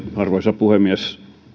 arvoisa puhemies